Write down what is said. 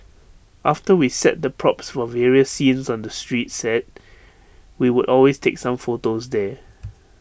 after we set the props for various scenes on the street set we would always take some photos there